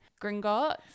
Gringotts